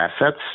assets